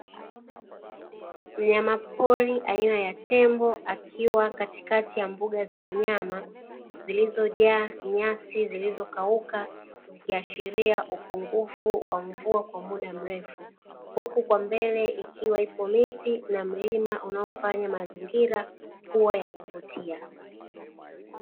Mnyamapori aina ya tembo akiwa katikati ya mbuga za wanyama ikihashiria uoto wa asali huku mbele yake kukiwepo uoto wa asili na mazingira ya kuvutia